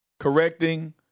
Correcting